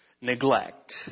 neglect